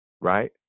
right